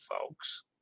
folks